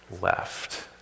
left